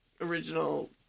original